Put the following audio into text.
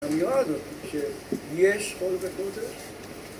אני יודע שיש חולקת כותב